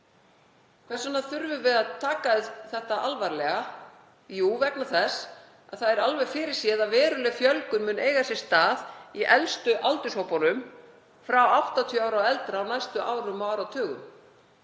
Hvers vegna þurfum við að taka þetta alvarlega? Jú, vegna þess að það er alveg fyrirséð að veruleg fjölgun mun verða í elstu aldurshópunum, 80 ára og eldri, á næstu árum og áratugum.